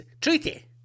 treaty